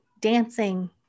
dancing